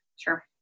Sure